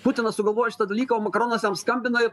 putinas sugalvojo šitą dalyką o makaronas jam skambina ir